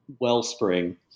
wellspring